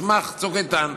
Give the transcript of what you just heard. על סמך צוק איתן,